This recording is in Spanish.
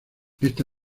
esta